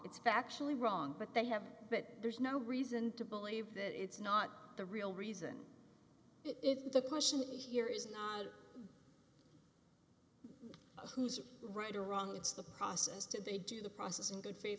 it's factually wrong but they haven't but there's no reason to believe that it's not the real reason it's the question here is not who's right or wrong it's the process did they do the process in good faith